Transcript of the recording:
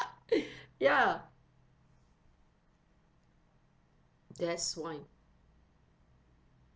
ya that's why